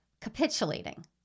capitulating